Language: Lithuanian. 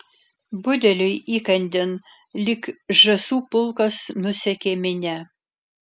budeliui įkandin lyg žąsų pulkas nusekė minia